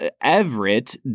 Everett